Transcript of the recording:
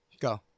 Go